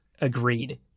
agreed